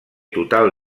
total